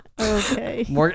Okay